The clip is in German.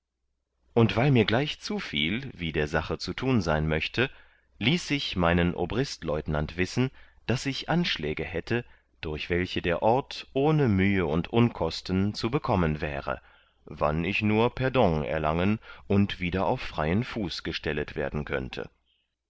und weil mir gleich zufiel wie der sache zu tun sein möchte ließ ich meinen obristleutenant wissen daß ich anschläge hätte durch welche der ort ohne mühe und unkosten zu bekommen wäre wann ich nur perdon erlangen und wieder auf freien fuß gestellet werden könnte